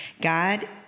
God